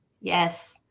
yes